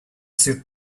suit